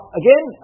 again